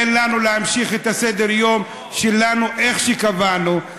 תן לנו להמשיך את סדר-היום שלנו איך שקבענו.